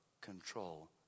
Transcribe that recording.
control